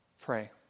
pray